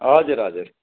हजुर हजुर